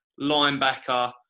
linebacker